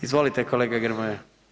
Izvolite, kolega Grmoja.